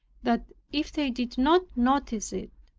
that if they did not notice it,